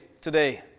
today